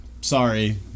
sorry